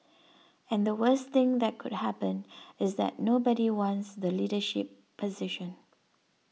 and the worst thing that could happen is that nobody wants the leadership position